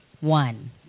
one